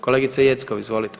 Kolegice Jeckov, izvolite.